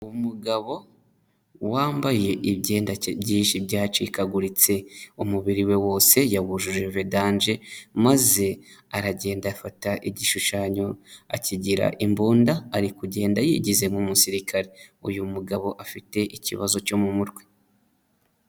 Umugabo wambaye ibyenda byinshi byacikaguritse umubiri we wose yawujuje vidanje, maze aragenda afata igishushanyo akigira imbunda ari kugenda yigize nk'umusirikare uyu mugabo afite ikibazo cyo mu mutwe.